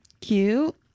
Cute